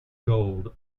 gold